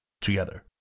together